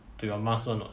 to your mask [one] [what]